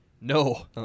No